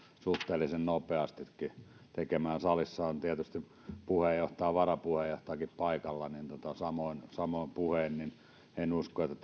suhteellisen nopeastikin tehtyä salissa on tietysti puheenjohtaja varapuheenjohtajakin paikalla niin samoin puhein en usko että